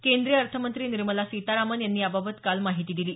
केंद्रीय अर्थमंत्री निर्मला सीतारामन यांनी याबाबत काल माहिती दिली